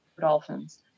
dolphins